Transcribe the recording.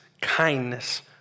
kindness